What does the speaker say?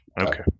Okay